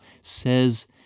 says